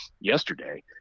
yesterday